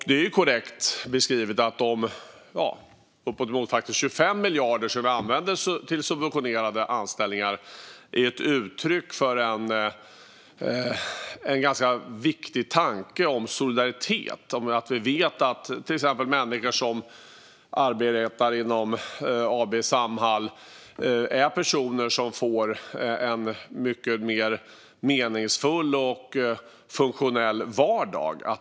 Det är korrekt beskrivet att de uppemot 25 miljarder som vi använder till subventionerade anställningar är ett uttryck för en ganska viktig tanke om solidaritet. Vi vet att till exempel människor som arbetar inom AB Samhall får en mycket mer meningsfull och funktionell vardag.